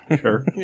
sure